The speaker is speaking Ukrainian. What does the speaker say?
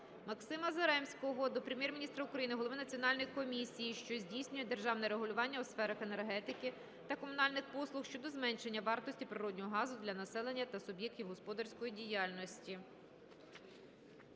Максима Заремського до Прем'єр-міністра України, голови Національної комісії, що здійснює державне регулювання у сферах енергетики та комунальних послуг щодо зменшення вартості природного газу для населення та суб'єктів господарської діяльності.